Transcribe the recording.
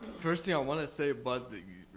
first thing, i want to say but